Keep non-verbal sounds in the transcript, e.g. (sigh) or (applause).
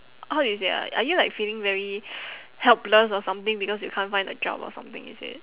how do you say ah are you like feeling very (noise) helpless or something because you can't find a job or something is it